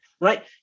Right